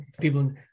people